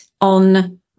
on